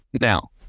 Now